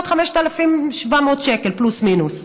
בסביבות 5,700 שקל פלוס-מינוס,